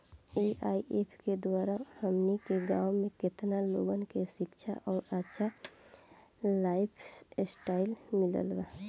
AIF के द्वारा हमनी के गांव में केतना लोगन के शिक्षा और अच्छा लाइफस्टाइल मिलल बा